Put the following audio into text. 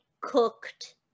cooked